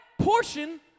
Portion